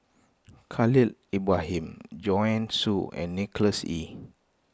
Khalil Ibrahim Joanne Soo and Nicholas Ee